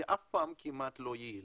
היא אף פעם כמעט לא יעילה.